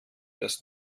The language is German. das